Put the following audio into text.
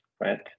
right